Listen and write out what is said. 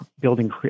building